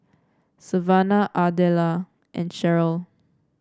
Savanna Ardella and Sheryl